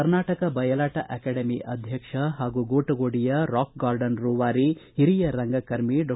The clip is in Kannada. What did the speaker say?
ಕರ್ನಾಟಕ ಬಯಲಾಟ ಅಕಾಡೆಮಿ ಅಧ್ಯಕ್ಷರು ಹಾಗೂ ಗೊಟಗೋಡಿಯ ರಾಕ್ ಗಾರ್ಡನ್ ರೂವಾರಿ ಹಿರಿಯ ರಂಗಕರ್ಮಿ ಡಾ